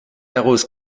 arrose